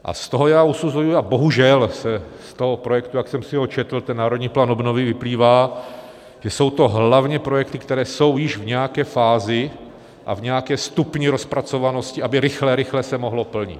A z toho já usuzuji, a bohužel z toho projektu, jak jsem si ho četl, ten Národní plán obnovy, vyplývá, že jsou to hlavně projekty, které jsou již v nějaké fázi a v nějakém stupni rozpracovanosti, aby se rychle, rychle mohlo plnit.